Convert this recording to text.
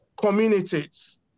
communities